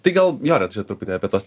tai gal jo dar čia truputį apie tuos